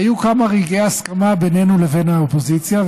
היו כמה רגעי הסכמה בינינו לבין האופוזיציה,